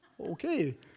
okay